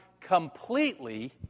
completely